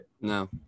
No